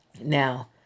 Now